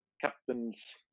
captains